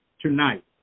tonight